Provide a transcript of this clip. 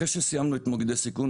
אחרי שסיימנו את מוקדי הסיכון,